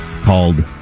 called